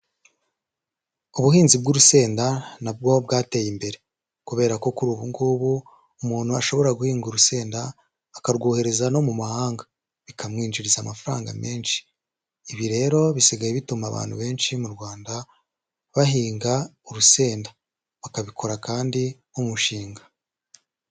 Ubuhinzi bw'urusenda na bwo bwateye imbere, kubera ko kuri ubu ngubu umuntu ashobora guhinga urusenda akarwohereza no mu mahanga bikamwinjiriza amafaranga menshi, ibi rero bisigaye bituma abantu benshi mu Rwanda bahinga urusenda bakabikora kandi nk'umushinga.